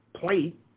plate